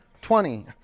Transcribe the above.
twenty